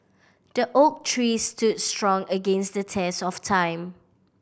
the oak tree stood strong against the test of time